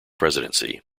presidency